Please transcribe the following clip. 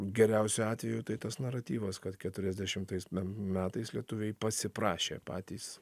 geriausiu atveju tai tas naratyvas kad keturiasdešimtais metais lietuviai pasiprašė patys